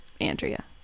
Andrea